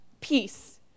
peace